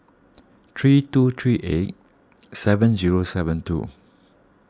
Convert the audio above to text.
three two three eight seven zero seven two